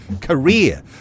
career